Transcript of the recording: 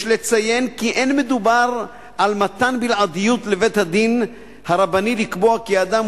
יש לציין כי אין מדובר על מתן בלעדיות לבית-הדין הרבני לקבוע כי אדם